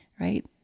right